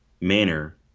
manner